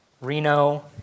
Reno